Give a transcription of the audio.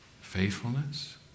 faithfulness